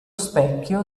specchio